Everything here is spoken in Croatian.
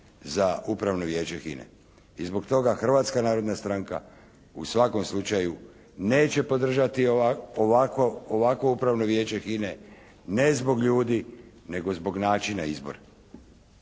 za Upravno vijeće HINA-e. I zbog toga Hrvatska narodna stranka u svakom slučaju neće podržati ovakvo Upravno vijeće HINA-e, ne zbog ljudi nego zbog načina izbora.